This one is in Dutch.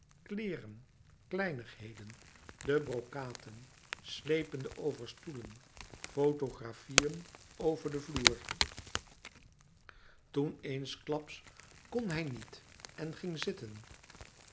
kleêren kleinigheden de brokaten sleepende over stoelen fotografieën over den vloer toen eensklaps kon hij niet en ging zitten